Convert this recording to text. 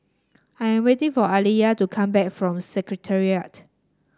I am waiting for Aliya to come back from Secretariat